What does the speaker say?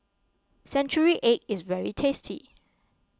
Century Egg is very tasty